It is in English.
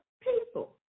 people